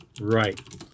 right